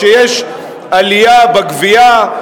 כשיש עלייה בגבייה,